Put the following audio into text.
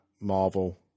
Marvel